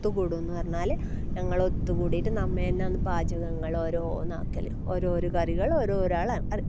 ഒത്തു കൂടുമെന്ന് പറഞ്ഞാൽ ഞങ്ങൾ ഒത്തു കൂടിയിട്ട് നമ്മെന്നാന്ന് പാചകങ്ങൾ ഓരോന്ന് ആക്കൽ ഓരോരോ കറികൾ ഓരോരാൾ അ അത്